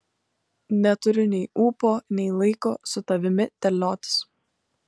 neturiu nei ūpo nei laiko su tavimi terliotis